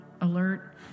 alert